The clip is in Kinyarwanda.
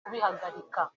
kubihagarika